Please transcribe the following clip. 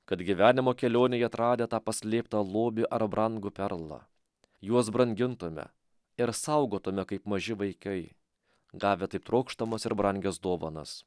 kad gyvenimo kelionėje atradę tą paslėptą lobį ar brangų perlą juos brangintume ir saugotume kaip maži vaikai gavę taip trokštamas ir brangias dovanas